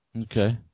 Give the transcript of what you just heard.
okay